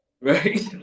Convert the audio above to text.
Right